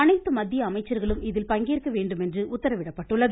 அனைத்து மத்திய அமைச்சர்களும் இதில் பங்கேற்க வேண்டும் என்று உத்தரவிடப்பட்டுள்ளது